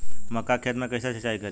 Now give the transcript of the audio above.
मका के खेत मे कैसे सिचाई करी?